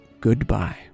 goodbye